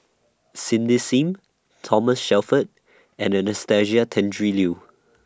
Cindy SIM Thomas Shelford and Anastasia Tjendri Liew